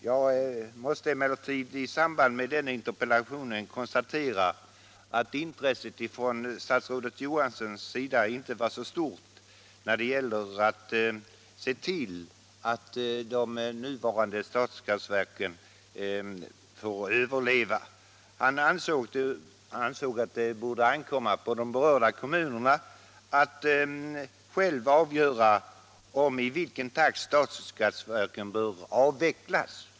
Jag måste då i samband med interpellationssvaret konstatera att intresset från statsrådet Johanssons sida inte var särskilt stort för att se till att de nuvarande. stadsgasverken har möjlighet att överleva. Han ansåg att det borde ankomma på de berörda kommunerna att själva avgöra om och i vilken takt stadsgasverken bör avvecklas.